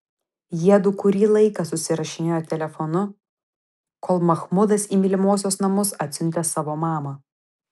jiedu kurį laiką susirašinėjo telefonu kol mahmudas į mylimosios namus atsiuntė savo mamą